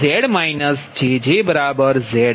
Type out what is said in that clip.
2 અને Z jjZ110